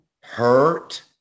hurt